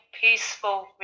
peaceful